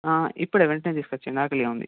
ఇప్పుడే వెంటనే తీసుకొచ్చేయండి ఆకలిగా ఉంది